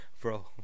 Bro